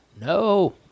no